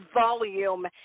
volume